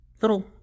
little